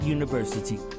University